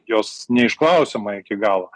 jos neišklausiama iki galo